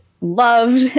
loved